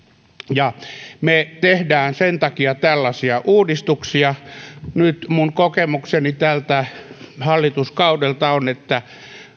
ja me teemme sen takia tällaisia uudistuksia nyt minun kokemukseni tältä hallituskaudelta on että